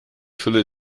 fülle